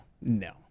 no